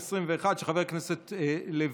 לוועדה שתקבע ועדת הכנסת נתקבלה.